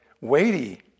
weighty